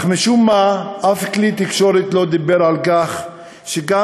אך משום-מה אף כלי תקשורת לא דיבר על כך שגם